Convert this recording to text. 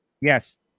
Yes